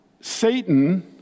Satan